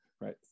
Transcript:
Right